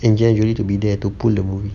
angelina to be there to pull the movie